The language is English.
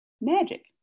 magic